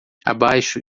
abaixo